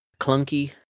clunky